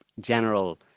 general